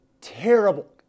terrible